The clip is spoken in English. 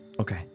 Okay